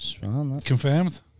Confirmed